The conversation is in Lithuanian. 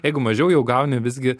jeigu mažiau jau gauni visgi